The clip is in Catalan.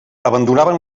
abandonaven